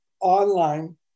online